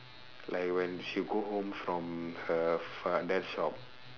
like when she go home from her father's shop